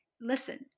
listen